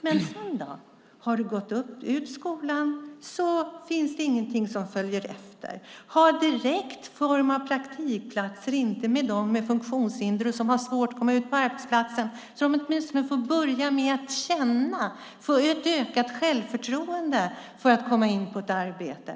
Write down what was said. Men hur blir det sedan? Har man slutat skolan finns det ingenting som kommer därefter. Det skulle finnas någon direkt form av praktikplatser för dem med funktionshinder som har svårt att komma ut på arbetsplatser så att de åtminstone får något att börja med så att de får ett ökat självförtroende genom att komma in på ett arbete.